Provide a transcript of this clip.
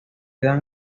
dan